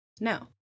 No